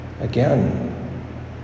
again